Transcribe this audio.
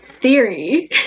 theory